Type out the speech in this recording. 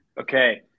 okay